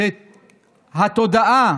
שהתודעה